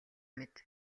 мэд